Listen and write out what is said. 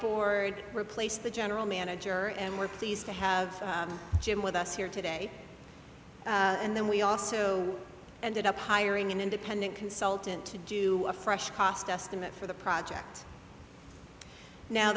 board replaced the general manager and were pleased to have jim with us here today and then we also ended up hiring an independent consultant to do a fresh cost estimate for the project now